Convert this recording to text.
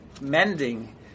mending